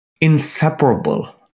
inseparable